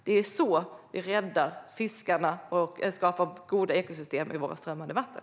Det är så vi räddar fiskarna och skapar goda ekosystem i våra strömmande vatten.